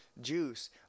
Juice